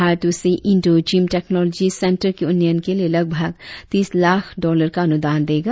भारत उसे इनडो जिम टेक्नोलाँजी सेंटर के उन्नयन के लिए लगभग तीस लाख डाँलर का अनुदान देगा